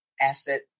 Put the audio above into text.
asset